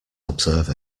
observe